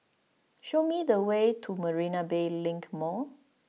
show me the way to Marina Bay Link Mall